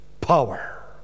power